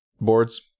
boards